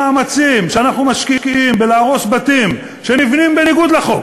המאמצים שאנחנו משקיעים בלהרוס בתים שנבנים בניגוד לחוק,